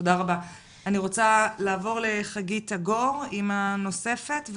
אני רוצה לעבור לחגית עגור הלוי, אימא נוספת.